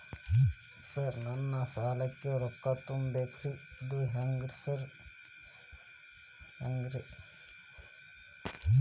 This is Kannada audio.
ಸರ್ ನನ್ನ ಸಾಲಕ್ಕ ರೊಕ್ಕ ತುಂಬೇಕ್ರಿ ಅದು ಹೆಂಗ್ರಿ?